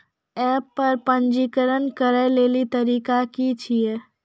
App पर पंजीकरण करै लेली तरीका की छियै?